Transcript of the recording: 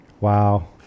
wow